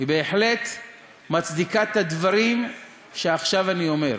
בהחלט מצדיקה את הדברים שעכשיו אני אומר: